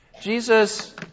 Jesus